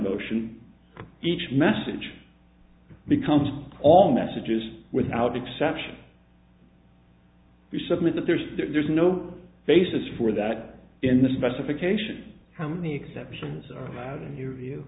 motion each message becomes all messages without exception we submit that there's there's no basis for that in the specification how many exceptions are allowed in your view